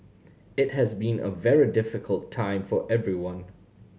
it has been a very difficult time for everyone